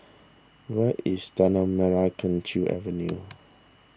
where is Tanah Merah Kechil Avenue